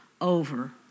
over